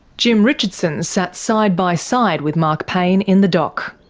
jim richardson sat side by side with mark payne in the dock.